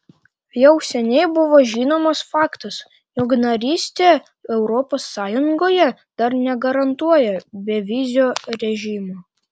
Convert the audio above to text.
jau seniai buvo žinomas faktas jog narystė europos sąjungoje dar negarantuoja bevizio režimo